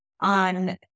on